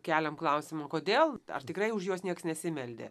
keliam klausimą kodėl ar tikrai už juos niekas nesimeldė